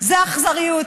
זה אכזריות.